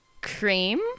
cream